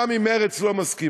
גם אם מרצ לא מסכימה.